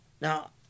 Now